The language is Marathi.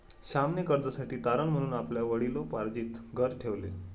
श्यामने कर्जासाठी तारण म्हणून आपले वडिलोपार्जित घर ठेवले